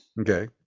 Okay